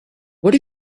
what